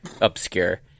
obscure